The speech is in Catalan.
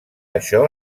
això